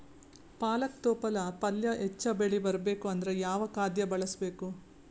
ಪಾಲಕ ತೊಪಲ ಪಲ್ಯ ಹೆಚ್ಚ ಬೆಳಿ ಬರಬೇಕು ಅಂದರ ಯಾವ ಖಾದ್ಯ ಬಳಸಬೇಕು?